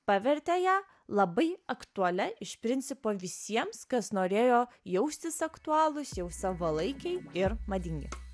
pavertė ją labai aktualia iš principo visiems kas norėjo jaustis aktualūs jau savalaikiai ir madingai